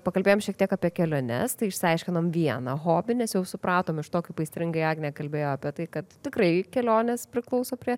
pakalbėjom šiek tiek apie keliones tai išsiaiškinome vieną hobį nes jau supratom iš to kaip aistringai agnė kalbėjo apie tai kad tikrai kelionės priklauso prie